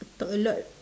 talk a lot